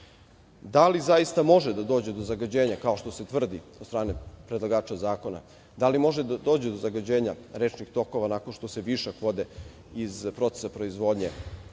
da li zaista može da dođe do zagađenja, kao što se tvrdi od strane predlagača zakona, da li može da dođe do zagađenja rečnih tokova nakon što se višak vode iz procesa proizvodnje